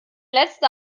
letzte